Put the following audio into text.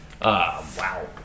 Wow